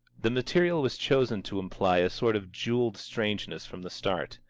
the material was chosen to imply a sort of jewelled strangeness from the start.